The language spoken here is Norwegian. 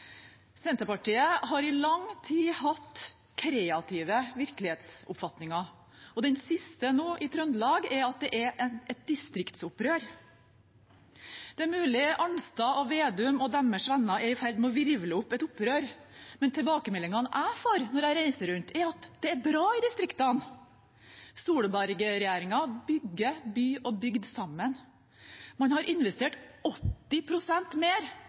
den siste nå i Trøndelag er at det er et distriktsopprør. Det er mulig Arnstad, Vedum og deres venner er i ferd med å virvle opp et opprør, men tilbakemeldingene jeg får når jeg reiser rundt, er at det er bra i distriktene. Solberg-regjeringen bygger by og bygd sammen. Man har investert 80 pst. mer